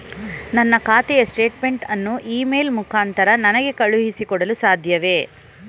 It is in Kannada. ನನ್ನ ಖಾತೆಯ ಸ್ಟೇಟ್ಮೆಂಟ್ ಅನ್ನು ಇ ಮೇಲ್ ಮುಖಾಂತರ ನನಗೆ ಕಳುಹಿಸಿ ಕೊಡಲು ಸಾಧ್ಯವೇ?